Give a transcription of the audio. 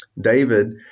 David